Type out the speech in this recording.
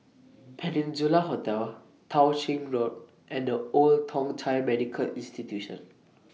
Peninsula Hotel Tao Ching Road and The Old Thong Chai Medical Institution